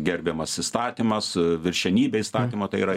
gerbiamas įstatymas viršenybė įstatymo tai yra